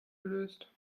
gelöst